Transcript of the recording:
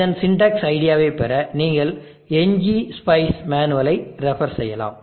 இதன் சின்டெக்ஸ் ஐடியாவை பெற நீங்கள் ngspice மேனுவலை ரெஃப்பர் செய்யலாம்